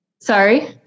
sorry